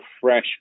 fresh